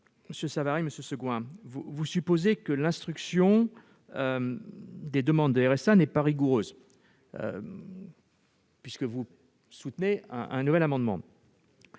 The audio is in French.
Monsieur Savary, monsieur Segouin, vous supposez que l'instruction des demandes de RSA n'est pas rigoureuse, puisque vous défendez l'introduction d'un